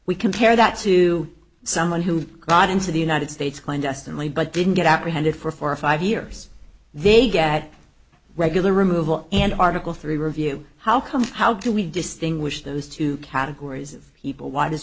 we compare that to someone who got into the united states kindest only but didn't get out we had it for four or five years they get regular removal and article three review how come how do we distinguish those two categories of people why does